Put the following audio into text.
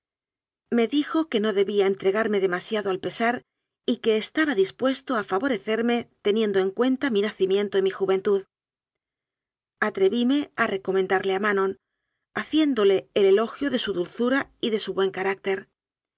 me dijo que no debía entregarme demasiado al pesar y que estaba dispuesto a favorecerme teniendo en cuenta mi nacimiento y mi juventud atrevíme a recomendarle a manon haciéndole el elogio de su dulzura y de su buen carácter